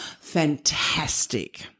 Fantastic